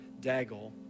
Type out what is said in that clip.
Daggle